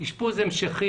לגבי האשפוז ההמשכי,